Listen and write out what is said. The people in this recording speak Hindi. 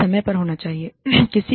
यह समय पर होना है